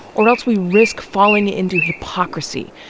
or else we risk falling into hypocrisy.